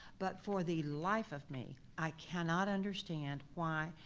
but for the life of me i cannot understand why,